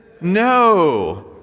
No